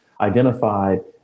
identified